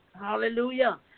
Hallelujah